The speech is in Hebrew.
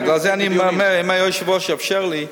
בגלל זה אני אומר שאם היושב-ראש יאפשר לי.